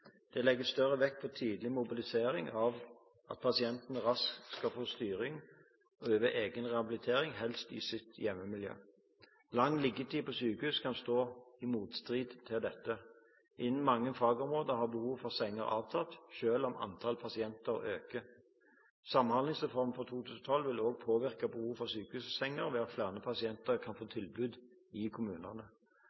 Det legges større vekt på tidlig mobilisering av at pasienten raskt skal få styring over egen rehabilitering – helst i sitt hjemmemiljø. Lang liggetid på sykehus kan stå i motstrid til dette. Innen mange fagområder har behovet for senger avtatt selv om antallet pasienter øker. Samhandlingsreformen fra 2012 vil også påvirke behovet for sykehussenger ved at flere pasienter kan få